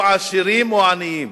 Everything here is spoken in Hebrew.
או עשירים או עניים.